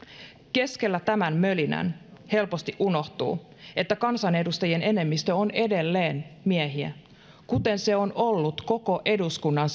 keskellä tämän mölinän helposti unohtuu että kansanedustajien enemmistö on edelleen miehiä kuten se on ollut koko eduskunnan